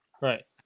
Right